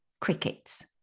crickets